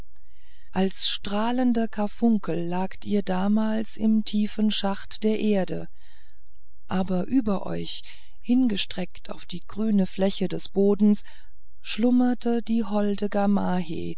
als strahlender karfunkel lagt ihr damals im tiefen schacht der erde aber über euch hingestreckt auf die grüne fläche des bodens schlummerte die holde